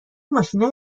ماشینای